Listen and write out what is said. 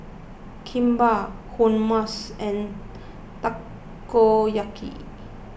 Kimbap Hummus and Takoyaki